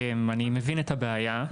אני מבין את הבעיה,